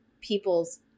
people's